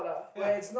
ya